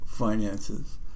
finances